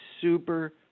super